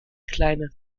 kleine